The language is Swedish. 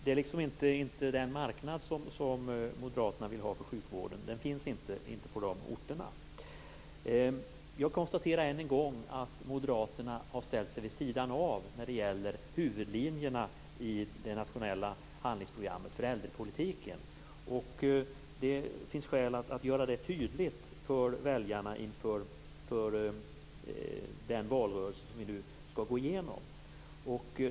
Den marknad som moderaterna vill ha för sjukvården finns inte på dessa orter. Jag konstaterar än en gång att moderaterna har ställt sig vid sidan av huvudlinjerna i det nationella handlingsprogrammet för äldrepolitiken. Det finns skäl att göra detta tydligt för väljarna inför den valrörelse som vi nu skall gå igenom.